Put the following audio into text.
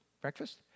breakfast